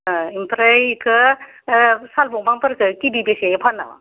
ओह ओमफ्राय बेखौ ओह साल दंफांफोरखौ किभि बेसेनि फानो नामा